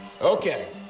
Okay